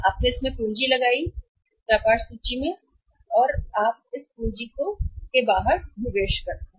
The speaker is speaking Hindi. आपने इसमें पूंजी लगाई व्यापार सूची या आप इस पूंजी को बाहर निवेश करते हैं